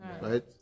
right